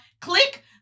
Click